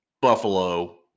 Buffalo